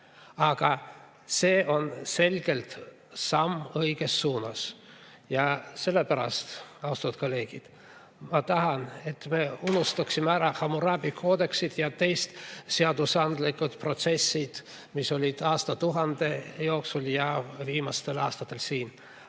aga see on selgelt samm õiges suunas. Ja selle pärast, austatud kolleegid, ma tahan, et me unustaksime ära Hammurabi koodeksi ja teised seadusandlikud protsessid, mis olid aastatuhande jooksul ja viimastel aastatel.